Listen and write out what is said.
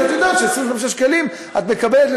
אז את יודעת שב-25 שקלים את מקבלת,